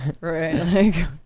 right